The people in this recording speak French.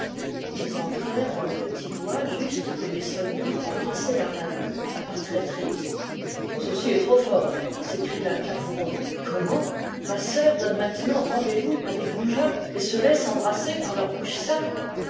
ils entrèrent dans le petit bois juste comme les soldats embrassaient la reine par traîtrise ceci est trop fort s'écria kervouron comment ma sœur donne maintenant rendez-vous à des goujats et se laisse embrasser par leurs bouches sales